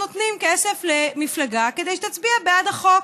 נותנים כסף למפלגה כדי שתצביע בעד החוק,